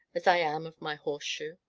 as i am of my horseshoe.